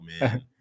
man